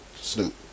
Snoop